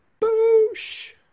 Boosh